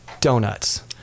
donuts